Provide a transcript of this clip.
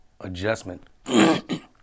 adjustment